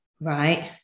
Right